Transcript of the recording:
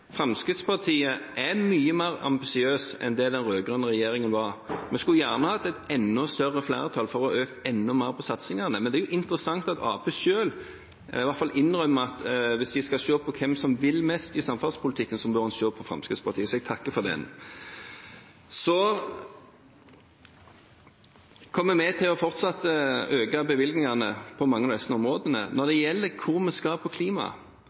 Fremskrittspartiet er mye mer ambisiøst enn det den rød-grønne regjeringen var. Vi skulle gjerne hatt et enda større flertall for å øke satsingene enda mer, men det er interessant at Arbeiderpartiet selv i hvert fall innrømmer at hvis de skal se hvem som vil mest i samferdselspolitikken, må en se på Fremskrittspartiet, så jeg takker for det. Så kommer vi til fortsatt å øke bevilgningen på mange av disse områdene. Når det gjelder hvor vi skal på klima,